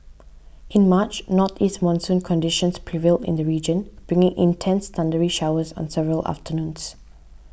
in March northeast monsoon conditions prevailed in the region bringing intense thundery showers on several afternoons